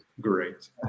Great